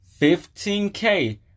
15K